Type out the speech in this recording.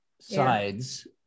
sides